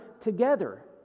together